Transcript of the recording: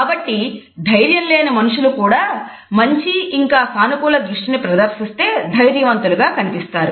కాబట్టి ధైర్యం లేని మనుషులు కూడా మంచి ఇంకా సానుకూల దృష్టిని ప్రదర్శిస్తే ధైర్యవంతులుగా కనిపిస్తారు